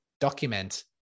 document